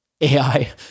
ai